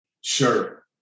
Sure